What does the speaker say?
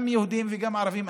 גם יהודים וגם ערבים.